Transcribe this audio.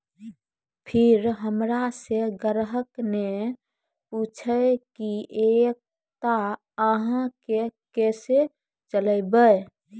फिर हमारा से ग्राहक ने पुछेब की एकता अहाँ के केसे चलबै?